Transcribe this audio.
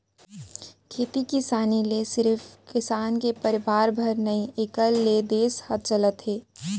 खेती किसानी ले सिरिफ किसान के परवार भर नही एकर ले देस ह चलत हे